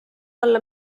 alla